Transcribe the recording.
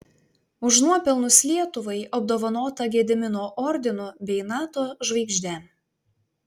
už nuopelnus lietuvai apdovanota gedimino ordinu bei nato žvaigžde